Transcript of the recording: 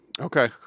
Okay